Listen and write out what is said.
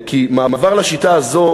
כי מעבר לשיטה הזאת,